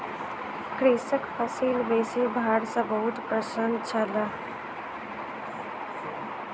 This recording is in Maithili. कृषक फसिल बेसी भार सॅ बहुत प्रसन्न छल